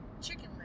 chicken